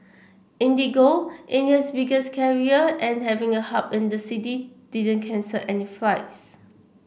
IndiGo India's biggest carrier and having a hub in the city didn't cancel any flights